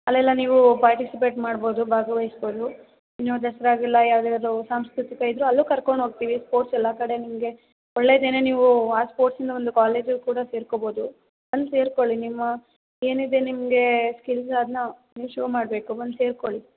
ಅಲ್ಲೆಲ್ಲ ನೀವು ಪಾರ್ಟಿಸಿಪೇಟ್ ಮಾಡ್ಬೋದು ಭಾಗವಹಿಸ್ಬೋದು ಇನ್ನು ದಸರಾಗೆಲ್ಲ ಯಾವ್ದು ಯಾವ್ದೇ ಸಾಂಸ್ಕೃತಿಕ ಇದ್ದರೂ ಅಲ್ಲೂ ಕರ್ಕೊಂಡು ಹೋಗ್ತೀವಿ ಸ್ಪೋರ್ಟ್ಸ್ ಎಲ್ಲ ಕಡೆ ನಿಮಗೆ ಒಳ್ಳೆದೇ ನೀವು ಆ ಸ್ಪೋರ್ಟ್ಸಿಂದ ಒಂದು ಕಾಲೇಜ್ ಕೂಡ ಸೇರ್ಕೊಬೋದು ಅಲ್ಲಿ ಸೇರ್ಕೊಳ್ಳಿ ನಿಮ್ಮ ಏನಿದೆ ನಿಮಗೆ ಸ್ಕಿಲ್ಸ್ ಅದನ್ನ ನೀವು ಶೋ ಮಾಡಬೇಕು ಬಂದು ಸೇರ್ಕೊಳ್ಳಿ